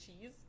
cheese